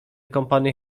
company